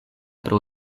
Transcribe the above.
pro